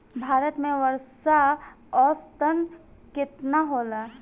भारत में वर्षा औसतन केतना होला?